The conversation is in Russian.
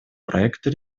проекта